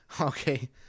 Okay